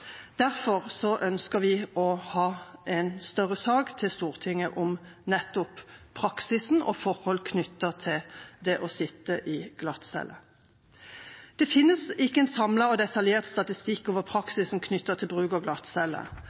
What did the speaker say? ønsker vi å få en større sak til Stortinget om nettopp praksisen og forhold knyttet til det å sitte i glattcelle. Det finnes ikke en samlet og detaljert statistikk over praksisen knyttet til bruk av